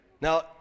now